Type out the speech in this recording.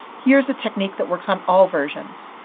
here's a technique that works on all versions.